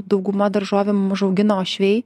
dauguma daržovėm užaugino uošviai